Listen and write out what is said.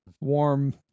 warm